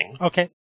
Okay